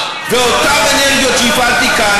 ואותן אנרגיות שהפעלתי כאן,